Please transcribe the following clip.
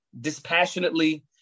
dispassionately